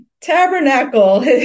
tabernacle